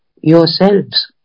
yourselves